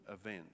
event